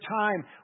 time